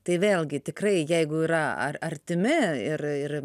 tai vėlgi tikrai jeigu yra ar artimi ir ir